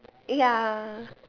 ya